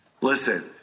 Listen